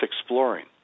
exploring